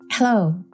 Hello